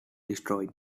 destroyed